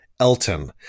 elton